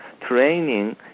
training